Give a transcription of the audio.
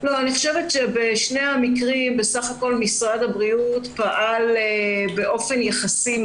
בשני המקרים בסך הכול משרד הבריאות פעל מהר באופן יחסי.